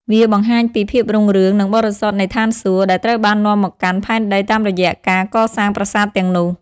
វាបង្ហាញពី ភាពរុងរឿង និងបរិសុទ្ធនៃស្ថានសួគ៌ ដែលត្រូវបាននាំមកកាន់ផែនដីតាមរយៈការកសាងប្រាសាទទាំងនោះ។